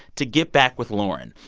to get back with lauren.